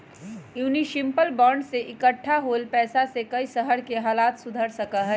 municipal bond से इक्कठा होल पैसा से कई शहर के हालत सुधर सका हई